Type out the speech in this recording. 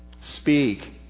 speak